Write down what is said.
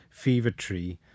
Fevertree